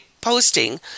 posting